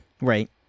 Right